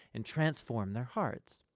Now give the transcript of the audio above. and transform their hearts.